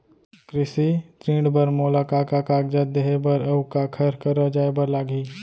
कृषि ऋण बर मोला का का कागजात देहे बर, अऊ काखर करा जाए बर लागही?